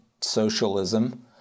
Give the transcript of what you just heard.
socialism